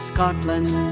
Scotland